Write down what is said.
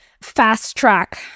fast-track